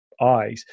eyes